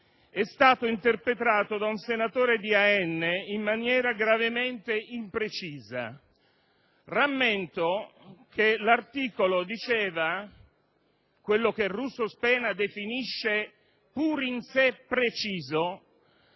«è stato interpretato da un senatore di AN in maniera gravemente imprecisa». Rammento che l'articolo, che Russo Spena definisce «pur in sé preciso»,